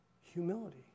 Humility